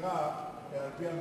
הספירה אלא על-פי הנושאים?